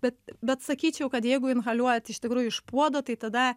bet bet sakyčiau kad jeigu inhaliuojat iš tikrųjų iš puodo tai tada